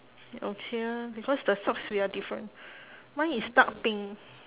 okay because the socks we are different mine is dark pink